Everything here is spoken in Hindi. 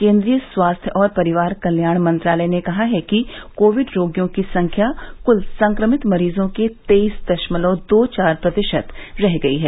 केन्द्रीय स्वास्थ्य और परिवार कल्याणमंत्रालय ने कहा है कि कोविड रोगियों की संख्या कुल संक्रमित मरीजों के तेईस दशमलव दो चार प्रतिशत रह गई है